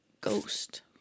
ghost